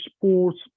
sports